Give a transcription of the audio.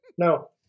No